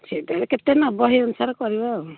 ସେଇଟା ବି କେତେ ନେବ ହେଇ ଅନୁସାରେ କରିବା ଆଉ